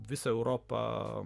visa europa